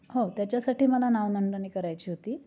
हो त्याच्यासाठी मला नावनोंदणी करायची होती